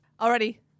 Already